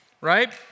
right